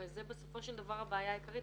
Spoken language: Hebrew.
הרי זאת בסופו של דבר הבעיה העיקרית.